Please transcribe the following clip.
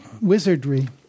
wizardry